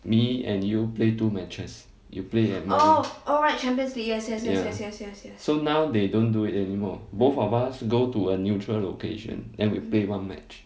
me and you play two matches you play and th~ ya so now they don't do it anymore both of us go to a neutral location and we'll play one march